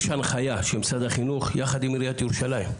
יש הנחיה של משרד החינוך יחד עם עיריית ירושלים.